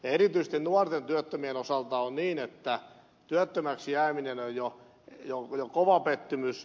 erityisesti nuorten työttömien osalta on niin että työttömäksi jääminen on jo kova pettymys